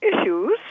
issues